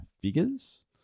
figures